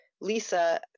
Lisa